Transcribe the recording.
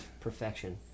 Perfection